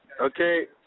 Okay